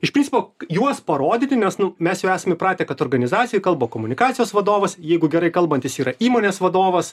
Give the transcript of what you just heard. iš principo juos parodyti nes nu mes jau esam įpratę kad organizacijoj kalba komunikacijos vadovas jeigu gerai kalbantis yra įmonės vadovas